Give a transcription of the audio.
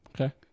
Okay